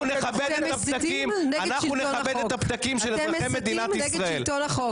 אנחנו נכבד את הפתקים של אזרחי מדינת ישראל,